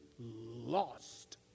lost